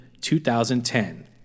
2010